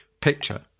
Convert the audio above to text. picture